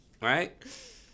right